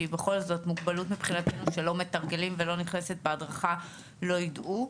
כי בכל זאת מוגבלות מבחינתנו שלא מתרגלים ולא נכנסת בהדרכה לא יידעו,